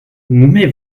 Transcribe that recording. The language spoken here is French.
mais